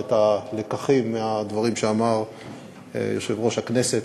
את הלקחים מהדברים שאמר יושב-ראש הכנסת.